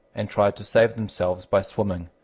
and tried to save themselves by swimming,